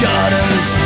Gardens